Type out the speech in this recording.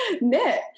knit